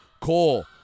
Cole